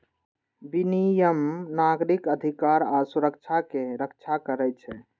विनियम नागरिक अधिकार आ सुरक्षा के रक्षा करै छै